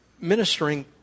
ministering